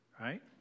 right